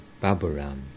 Baburam